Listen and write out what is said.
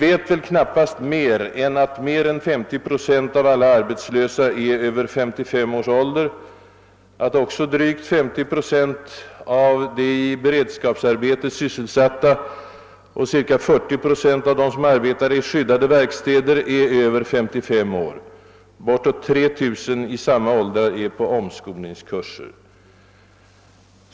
Vi vet knappast mer än att 50 procent av alla arbetslösa är över 55 års ålder och att också drygt 50 procent av de i beredskapsarbete sysselsatta och ca 40 procent av dem som arbetar på skyddade verkstäder är över 35 år. Bortåt 3 000 i samma åldrar är på omskolningskurser.